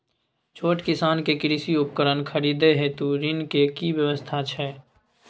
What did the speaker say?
छोट किसान के कृषि उपकरण खरीदय हेतु ऋण के की व्यवस्था छै?